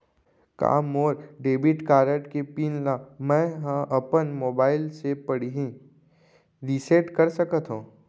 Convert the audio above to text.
का मोर debit card के पिन ल मैं ह अपन मोबाइल से पड़ही रिसेट कर सकत हो?